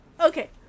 Okay